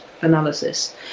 analysis